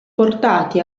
portati